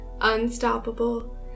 unstoppable